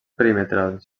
perimetrals